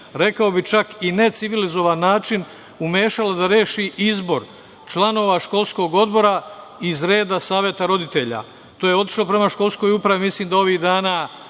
rekao bih čak i necivilizovan način, umešala da reši izbor članova školskog odbora iz reda saveta roditelja. To je otišlo prema školskoj upravi. Mislim da su ovih dana